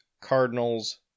Cardinals